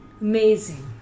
Amazing